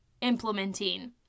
implementing